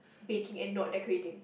baking and not decorating